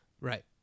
Right